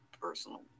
personal